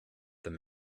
them